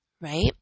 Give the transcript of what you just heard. right